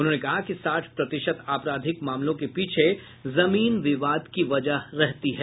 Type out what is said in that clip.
उन्होंने कहा कि साठ प्रतिशत आपराधिक मामलों के पीछे जमीन विवाद की वजह रहती है